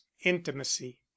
intimacy